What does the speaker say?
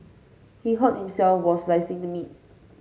he hurt himself while slicing the meat